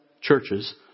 churches